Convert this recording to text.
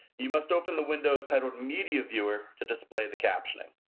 you must open the window titled media viewer to display the captioning.